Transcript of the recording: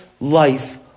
life